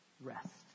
Rest